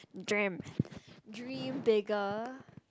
dream dream bigger